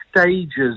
stages